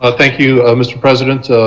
ah thank you mister president.